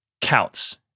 counts